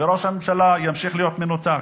וראש הממשלה ימשיך להיות מנותק.